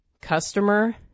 customer